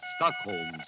Stockholm